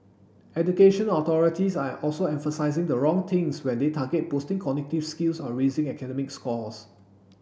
education authorities are also emphasising the wrong things when they target boosting cognitive skills or raising academic scores